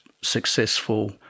successful